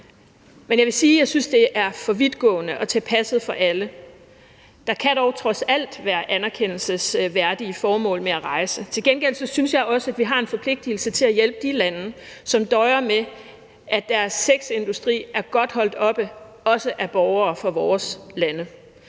Men jeg vil sige, at jeg synes, det er for vidtgående at tage passet fra dem alle – der kan dog trods alt være anerkendelsesværdige formål med at rejse. Til gengæld synes jeg også, vi har en forpligtigelse til at hjælpe de lande, som døjer med, at deres sexindustri er godt holdt oppe, også af borgere fra vores lande.